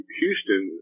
Houston